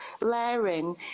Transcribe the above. layering